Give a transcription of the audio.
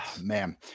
man